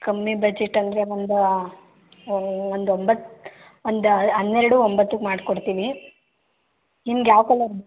ಕಮ್ಮಿ ಬಜೆಟ್ ಅಂದರೆ ಒಂದು ಒಂದು ಒಂಬತ್ತು ಒಂದು ಹನ್ನೆರಡು ಒಂಬತ್ತಕ್ಕೆ ಮಾಡ್ಕೊಡ್ತೀನಿ ನಿಮ್ಗೆ ಯಾವ ಕಲರ್ ಬೇಕು